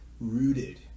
rooted